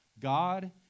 God